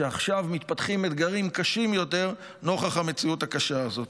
כשמתפתחים אתגרים קשים יותר נוכח המציאות הקשה הזאת.